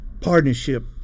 partnership